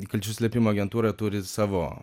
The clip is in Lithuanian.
įkalčių slėpimo agentūra turi savo